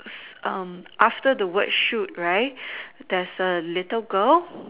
s~ um after the white shoot right there's a little girl